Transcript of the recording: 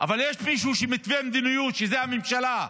אבל יש מישהו שמתווה מדיניות, שזו הממשלה,